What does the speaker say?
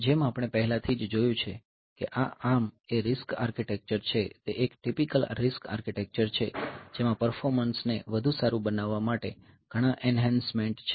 જેમ આપણે પહેલાથી જ જોયું છે કે આ ARM એ RISC આર્કિટેક્ચર છે તે એક ટીપીકલ RISC આર્કિટેક્ચર છે જેમાં પરફોર્મન્સ ને વધુ સારું બનાવવા માટે ઘણા એંહેંસમેંટ છે